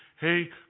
hey